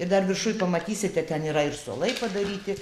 ir dar viršuj pamatysite ten yra ir suolai padaryti